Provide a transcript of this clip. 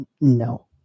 no